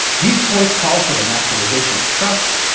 these points call for the nationalization of trusts,